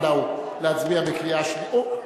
סעיף